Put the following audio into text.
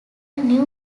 new